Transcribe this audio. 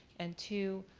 and two,